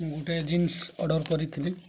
ମୁଁ ଗୋଟେ jeans order କରିଥିଲି